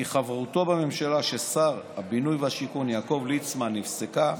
כי חברותו בממשלה של שר הבינוי והשיכון יעקב ליצמן נפסקה